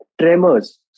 tremors